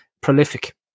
Prolific